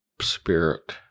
spirit